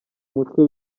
umutwe